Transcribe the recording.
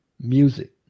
music